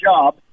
job